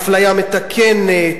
אפליה מתקנת,